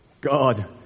God